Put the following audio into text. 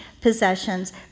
possessions